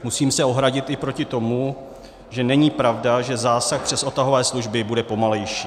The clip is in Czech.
Musím se ohradit i proti tomu, že není pravda, že zásah přes odtahové služby bude pomalejší.